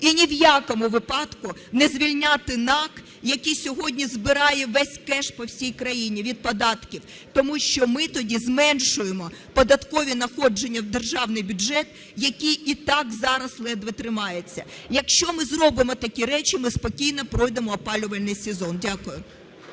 І ні в якому випадку не звільняти НАК, який сьогодні збирає весь кеш по всій країні, від податків. Тому що ми тоді зменшуємо податкові надходження в державний бюджет, який і так зараз ледве тримається. Якщо ми зробимо такі речі, ми спокійно пройдемо опалювальний сезон. Дякую.